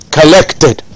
Collected